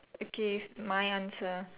okay my answer ah